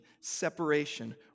separation